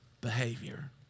behavior